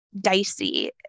dicey